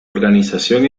organización